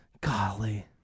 golly